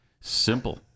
simple